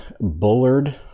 Bullard